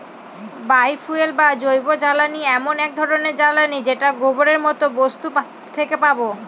বায় fuel বা জৈবজ্বালানী এমন এক ধরনের জ্বালানী যেটা গোবরের মতো বস্তু থেকে পাবো